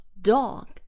dog